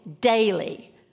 daily